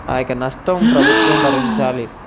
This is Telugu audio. ఆ యొక్క నష్టం ప్రభుత్వమే భరించాలి